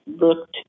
looked